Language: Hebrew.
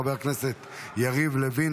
חבר הכנסת יריב לוין,